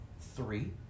three